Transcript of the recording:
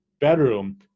bedroom